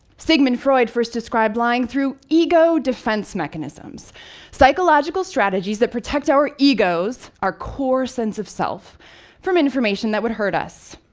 sigmund freud first described lying through ego-defense mechanisms psychological strategies that protect our egos our core sense of self from information that would hurt us.